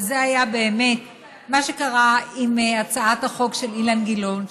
וזה היה באמת מה שקרה עם הצעת החוק של אילן גילאון,